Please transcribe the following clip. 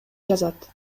жазат